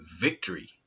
victory